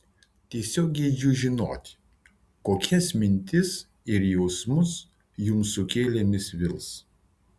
tiesiog geidžiu žinoti kokias mintis ir jausmus jums sukėlė mis vils